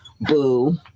boo